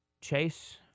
Chase